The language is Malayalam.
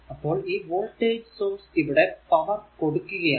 അപ്പോൾ ഈ വോൾടേജ് സോഴ്സ് ഇവിടെ പവർ കൊടുക്കുകയാണ്